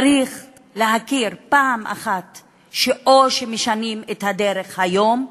צריך להכיר, פעם אחת, או שמשנים את הדרך היום,